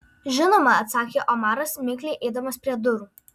žinoma atsakė omaras mikliai eidamas prie durų